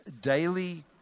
daily